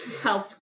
help